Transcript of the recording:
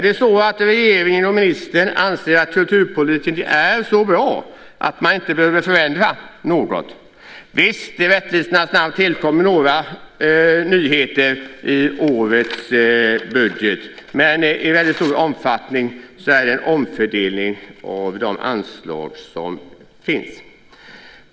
Anser regeringen och ministern att kulturpolitiken är så bra att man inte behöver förändra något? I rättvisans namn måste jag säga att det tillkommer några nyheter i årets budget. Men i väldigt stor omfattning handlar det om en omfördelning av de anslag som finns.